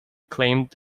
claimed